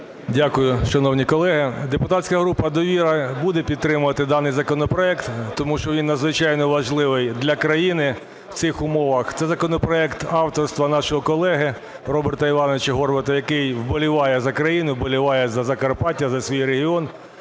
Дякую. Шановні колеги! Депутатська група "Довіра" буде підтримувати даний законопроект, тому що він надзвичайно важливий для країни в цих умовах. Це законопроект авторства нашого колеги Роберта Івановича Горвата, який вболіває за країну, вболіває за Закарпаття, за свій регіон.